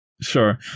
sure